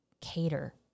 cater